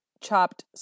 chopped